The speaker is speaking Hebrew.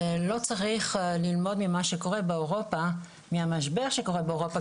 שלא צריך ללמוד ממה שקורה מהמשבר שקורה באירופה,